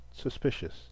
suspicious